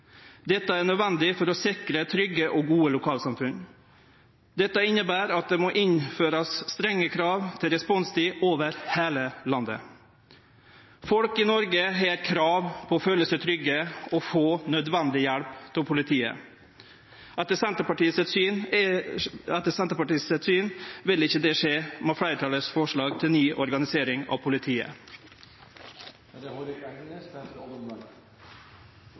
Dette er nødvendig for å sikre trygge og gode lokalsamfunn. Dette inneber at strenge krav til responstid må innførast over heile landet. Folk i Noreg har krav på å føle seg trygge og få nødvendig hjelp av politiet. Etter Senterpartiets syn vil ikkje det skje med fleirtalets forslag til ny organisering av politiet. Alle beredskapsorganisasjoner har noen typiske kjennetegn: mobilitet, responsevne, evne til å avgi og å underlegge seg avdelinger og det